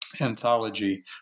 anthology